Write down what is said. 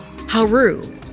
Haru